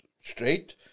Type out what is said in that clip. straight